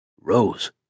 Rose